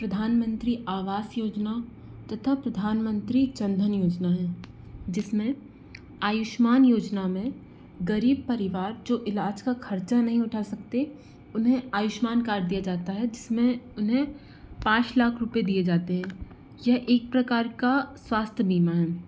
प्रधानमंत्री आवास योजना तथा प्रधानमंत्री जन धन योजना है जिसमें आयुष्मान योजना में गरीब परिवार जो इलाज का खर्चा नहीं उठा सकते उन्हें आयुष्मान कार्ड दिया जाता है जिसमें उन्हें पाँच लाख रुपए दिए जाते हैं यह एक प्रकार का स्वास्थ्य बीमा है